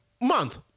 month